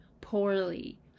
poorly